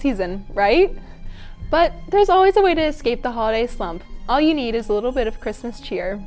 season right but there's always a way to escape the holiday slump all you need is a little bit of christmas ch